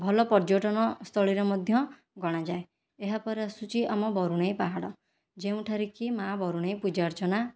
ଭଲ ପର୍ଯ୍ୟଟନସ୍ଥଳୀରେ ମଧ୍ୟ ଗଣାଯାଏ ଏହାପରେ ଆସୁଛି ଆମ ବରୁଣେଇ ପାହାଡ଼ ଯେଉଁଠାରେ କି ମା ବରୁଣେଇ ପୂଜା ଅର୍ଚ୍ଚନା